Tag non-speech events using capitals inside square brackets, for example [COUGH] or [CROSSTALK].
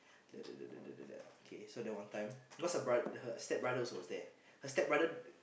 [NOISE] okay so that one time cause her broth~ her stepbrother also was there her stepbrother